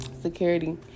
security